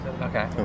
Okay